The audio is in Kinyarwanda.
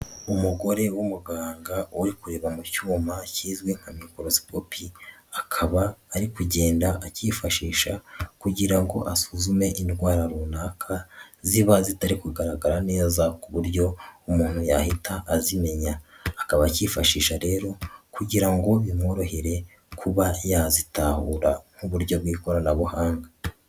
Umugore w'umuganga uri kureba mu cyuma kizwi nka mikorosikopi akaba ari kugenda akifashisha kugira ngo asuzume indwara runaka ziba zitari kugaragara neza ku buryo umuntu yahita azimenya, akaba akifashisha rero kugira ngo bimworohere kuba yazitahura nk'uburyo bw'ikoranabuhanga.